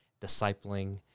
discipling